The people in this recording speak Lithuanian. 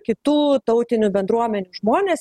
kitų tautinių bendruomenių žmones